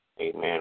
Amen